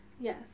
yes